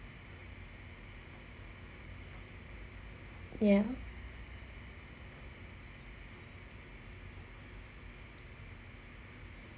ya